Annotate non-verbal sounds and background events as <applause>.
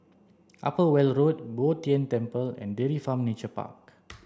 Upper Weld Road Bo Tien Temple and Dairy Farm Nature Park <noise>